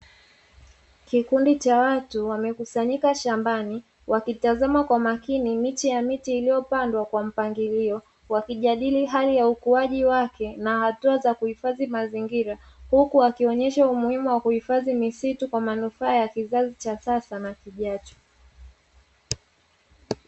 Kikundi cha watu wamekusanyika shambani, wakitazama kwa umakini miche ya miti iliyopandwa kwa mpangilio, wakijadili hali ya ukauaji wake na hatua za kuhifadhi mazingira, huku wakionyesha umuhimu wa kuhifadhi misitu kwa manufaa ya kizazi cha sasa na kijacho.